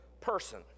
person